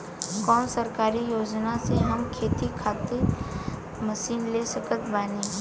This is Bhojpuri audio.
कौन सरकारी योजना से हम खेती खातिर मशीन ले सकत बानी?